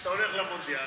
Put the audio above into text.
כשאתה הולך למונדיאל,